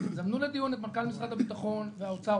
יזמנו לדיון את מנכ"ל משרד הביטחון והאוצר.